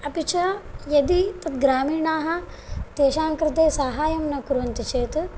अपि च यदि तद् ग्रामीणाः तेषां कृते साहाय्यं न कुर्वन्ति चेत्